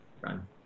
run